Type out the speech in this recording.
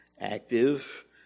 active